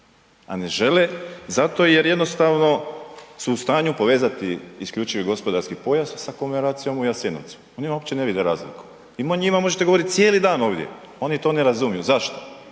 A ne žele zato jer jednostavno su u stanju povezati isključivi gospodarski pojas sa komemoracijom u Jasenovcu. Oni uopće ne vide razliku. I njima možete govoriti cijeli dan ovdje. Oni to ne razumiju. Zašto?